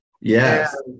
yes